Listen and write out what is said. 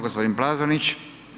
Gospodin Plazonić.